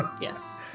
Yes